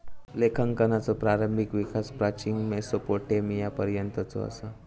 लेखांकनाचो प्रारंभिक विकास प्राचीन मेसोपोटेमियापर्यंतचो असा